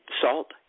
salt